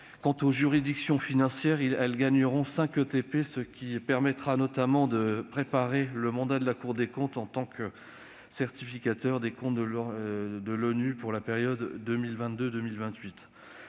Quant aux juridictions financières, elles gagneront 5 ETP, ce qui permettra, notamment, de préparer le mandat de de la Cour des comptes en tant que certificateur des comptes de l'ONU pour la période 2022-2028.